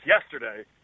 yesterday